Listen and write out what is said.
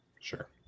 Sure